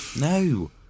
No